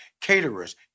caterers